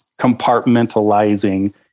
compartmentalizing